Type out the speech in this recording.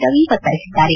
ರವಿ ಒತ್ತಾಯಿಸಿದ್ದಾರೆ